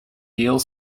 yale